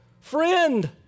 friend